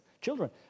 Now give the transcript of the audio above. children